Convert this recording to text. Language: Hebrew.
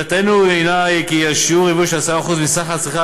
עמדתנו היא כי שיעור יבוא של 10% מסך הצריכה